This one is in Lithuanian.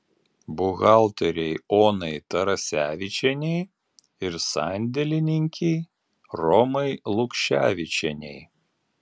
buhalterei onai tarasevičienei ir sandėlininkei romai lukševičienei